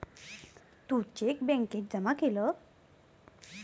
तू cheque बॅन्केत जमा केलं?